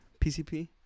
PCP